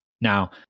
Now